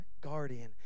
guardian